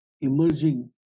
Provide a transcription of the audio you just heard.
emerging